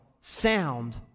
sound